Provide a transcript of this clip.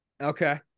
okay